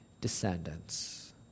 descendants